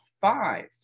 five